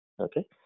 Okay